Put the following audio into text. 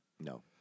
No